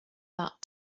that